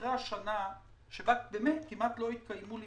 אחרי השנה שבה כמעט לא התקיימו לימודים,